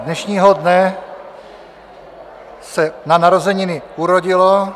Dnešního dne se na narozeniny urodilo.